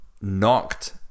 knocked